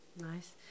Nice